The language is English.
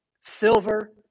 silver